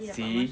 see